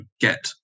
get